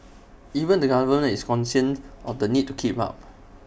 even the government is cognisant of the need to keep up